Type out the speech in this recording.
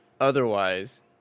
Otherwise